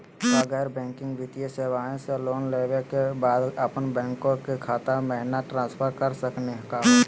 का गैर बैंकिंग वित्तीय सेवाएं स लोन लेवै के बाद अपन बैंको के खाता महिना ट्रांसफर कर सकनी का हो?